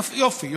יופי.